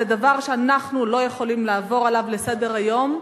זה דבר שאנחנו לא יכולים לעבור עליו לסדר-היום,